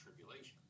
tribulation